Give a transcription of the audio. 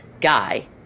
guy